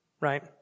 Right